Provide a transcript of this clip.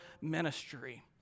ministry